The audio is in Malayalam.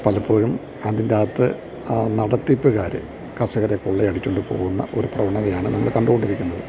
പലപ്പോഴും അതിൻറ്റാത്ത് ആ നടത്തിപ്പ്കാർ കർഷകരെ കൊള്ളയടിച്ചോണ്ട് പോകുന്ന ഒരു പ്രവണതയാണ് നമ്മൾ കണ്ടോണ്ടിരിക്കുന്നത്